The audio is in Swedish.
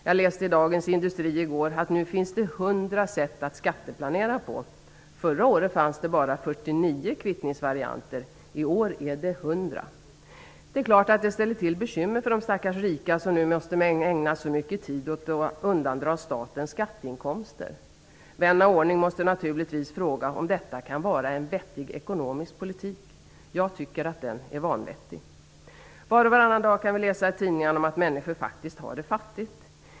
Jag läste i Dagens Industri i går att det nu finns 100 sätt att skatteplanera på. Förra året fanns det bara 49 kvittningsvarianter. I år är det 100. Det är klart att det ställer till bekymmer för de stackars rika som nu måste ägna så mycket tid åt att undandra staten skatteinkomster. Vän av ordning måste naturligtvis undra om detta kan vara en vettig ekonomisk politik. Jag tycker att den är vanvettig. Var och varannan dag kan vi läsa i tidningarna om att människor faktiskt har det fattigt.